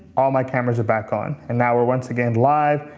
all my cameras are back on. and now we're once again live,